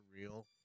real